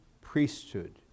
priesthood